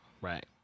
right